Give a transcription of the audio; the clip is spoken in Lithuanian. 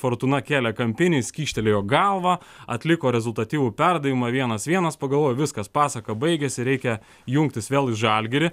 fortūna kėlė kampinį jis kyštelėjo galvą atliko rezultatyvų perdavimą vienas vienas pagalvojau viskas pasaka baigėsi reikia jungtis vėl į žalgirį